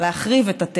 ברור שאפשר לחשוב אחרת.